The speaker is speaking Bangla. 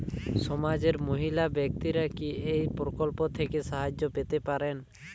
সমাজের মহিলা ব্যাক্তিরা কি এই প্রকল্প থেকে সাহায্য পেতে পারেন?